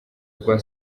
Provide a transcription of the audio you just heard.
rwa